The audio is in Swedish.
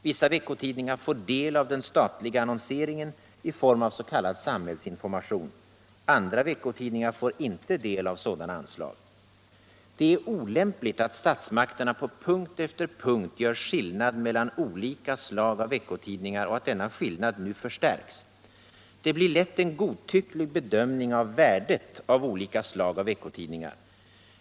Vissa veckotidningar får del av den statliga annonseringen i form av s.k. samhällsinformation. Andra veckotidningar får inte del av sådana anslag. Det är olämpligt att statsmakterna på punkt efter punkt gör skillnad mellan olika slag av veckotidningar och att denna skillnad nu förstärks. Det blir lätt en godtycklig bedömning av ”värdet” av olika slag av veckotidningar.